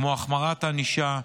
כמו החמרת ענישה,